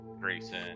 Grayson